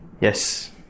Yes